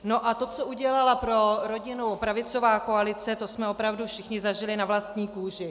No a to, co udělala pro rodinu pravicová koalice, to jsme opravdu všichni zažili na vlastní kůži.